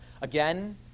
Again